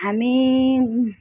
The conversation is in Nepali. हामी